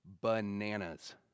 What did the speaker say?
bananas